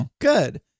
Good